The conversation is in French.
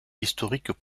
historiques